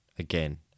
Again